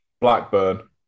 Blackburn